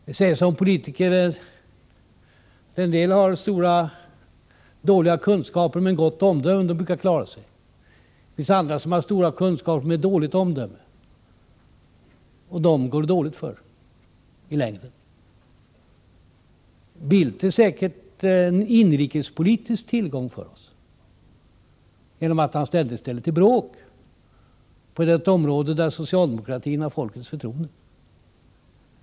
Det sägs om politiker att en del har dåliga kunskaper men gott omdöme — de brukar klara sig. Det finns andra som har stora kunskaper men dåligt omdöme — dem går det dåligt för i längden. Carl Bildt är säkert en inrikespolitisk tillgång för oss, genom att han ständigt ställer till bråk på ett område där socialdemokratin har folkets förtroende.